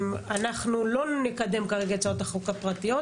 אנחנו לא נקדם כרגע את הצעות החוק הפרטיות,